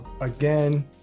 again